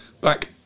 back